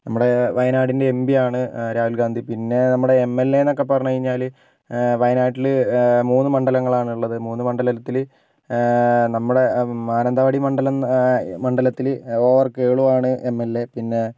നമ്മുടെ വയനാടിൻ്റെ എം പിയാണ് രാഹുൽ ഗാന്ധി പിന്നെ നമ്മുടെ എം എൽ എ എന്നൊക്കെ പറഞ്ഞു കഴിഞ്ഞാൽ വയനാട്ടിൽ മൂന്ന് മണ്ഡലങ്ങളാണ് ഉള്ളത് മൂന്ന് മണ്ഡലത്തിൽ നമ്മുടെ മാനന്തവാടി മണ്ഡലം മണ്ഡലത്തിൽ ഒ ആർ കേളുവാണ് എം എൽ എ പിന്നെ